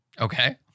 Okay